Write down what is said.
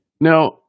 Now